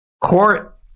court